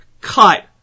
cut